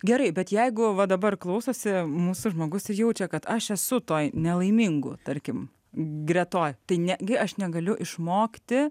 gerai bet jeigu va dabar klausosi mūsų žmogus ir jaučia kad aš esu tuo nelaimingu tarkim gretoje tai negi aš negaliu išmokti